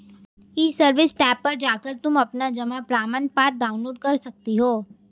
ई service tab पर जाकर तुम अपना जमा प्रमाणपत्र डाउनलोड कर सकती हो